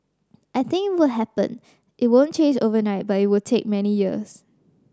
I think it would happen it won't change overnight but it would take many years